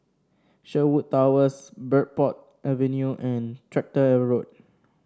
Sherwood Towers Bridport Avenue and Tractor Road